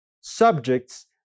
subjects